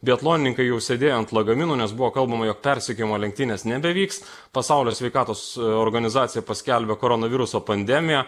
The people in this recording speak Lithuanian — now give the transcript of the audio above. biatlonininkai jau sėdėjo ant lagaminų nes buvo kalbama jog persekiojimo lenktynės nebevyks pasaulio sveikatos organizacija paskelbė koronaviruso pandemiją